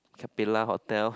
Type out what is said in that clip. Capella hotel